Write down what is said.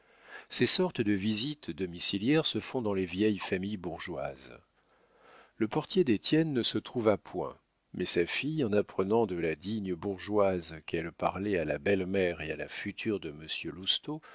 ces sortes de visites domiciliaires se font dans les vieilles familles bourgeoises le portier d'étienne ne se trouva point mais sa fille en apprenant de la digne bourgeoise qu'elle parlait à la belle-mère et à la future de